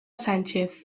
sánchez